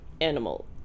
animal